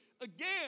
Again